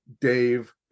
Dave